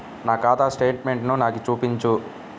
నా ఖాతా స్టేట్మెంట్ను నాకు చూపించు